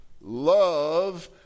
love